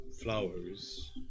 Flowers